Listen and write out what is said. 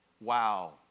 wow